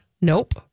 Nope